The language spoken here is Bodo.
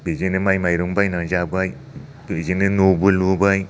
बेजोंनो माइ माइरं बायना जाबाय बेजोंनो न'बो लुबाय